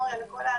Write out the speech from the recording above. הסנגוריה וכולם.